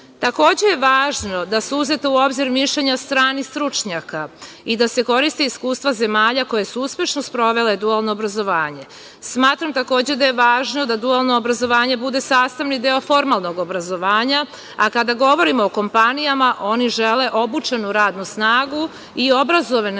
Takođe je važno da su uzeta u obzir mišljenja stranih stručnjaka i da se koriste iskustva zemalja koja su uspešno sprovela dualno obrazovanje. Smatram takođe da je važno da dualno obrazovanje bude sastavni deo formalnog obrazovanja, a kada govorimo o kompanijama, oni žele obučenu radnu snagu i obrazovane ljude